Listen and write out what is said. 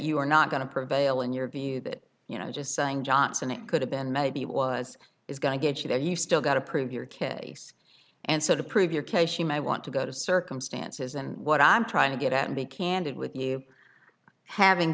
you are not going to prevail in your view that you know just saying johnson it could have been maybe was is going to get you there you've still got to prove your kid and sort of prove your case you may want to go to circumstances and what i'm trying to get out and be candid with you having